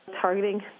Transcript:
targeting